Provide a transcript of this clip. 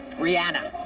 rihanna.